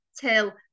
till